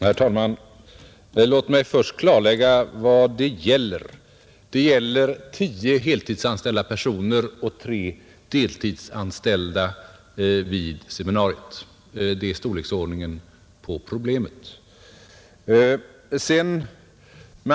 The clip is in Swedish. Herr talman! Låt mig först klarlägga vad det här verkligen gäller. Det rör sig om tio heltidsanställda och tre deltidsanställda personer vid seminariet. Det är storleksordningen på problemet.